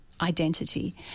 identity